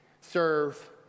serve